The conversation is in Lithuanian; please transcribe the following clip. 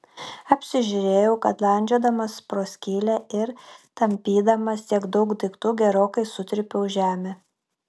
apsižiūrėjau kad landžiodamas pro skylę ir tampydamas tiek daug daiktų gerokai sutrypiau žemę